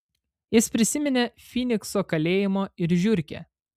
jis prisiminė fynikso kalėjimą ir žiurkę